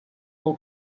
del